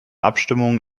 abstimmung